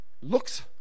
Looks